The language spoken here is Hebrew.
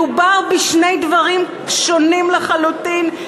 מדובר בשני דברים שונים לחלוטין,